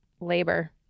labor